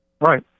Right